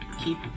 keep